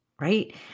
right